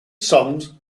songs